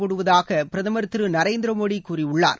போடுவதாக பிரதமர் திரு நரேந்திர மோடி கூறியிருக்கிறார்